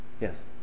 Yes